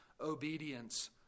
obedience